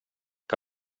que